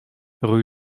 rue